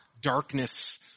darkness